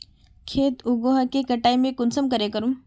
खेत उगोहो के कटाई में कुंसम करे करूम?